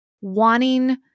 wanting